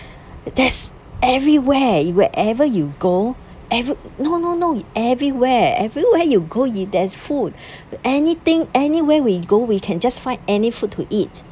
that's everywhere you wherever you go ever~ no no no everywhere everywhere you go you there's food anything anywhere we go we can just find any food to eat